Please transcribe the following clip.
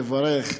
לברך.